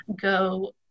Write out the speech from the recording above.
go